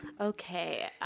Okay